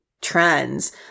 trends